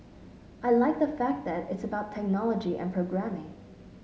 I like the fact that it's about technology and programming